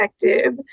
effective